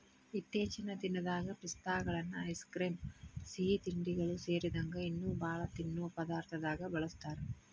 ಇತ್ತೇಚಿನ ದಿನದಾಗ ಪಿಸ್ತಾಗಳನ್ನ ಐಸ್ ಕ್ರೇಮ್, ಸಿಹಿತಿಂಡಿಗಳು ಸೇರಿದಂಗ ಇನ್ನೂ ಬಾಳ ತಿನ್ನೋ ಪದಾರ್ಥದಾಗ ಬಳಸ್ತಾರ